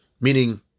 Meaning